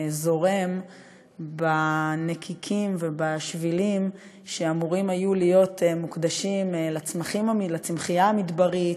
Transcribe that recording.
זורם בנקיקים ובשבילים שהיו אמורים להיות מוקדשים לצמחייה המדברית,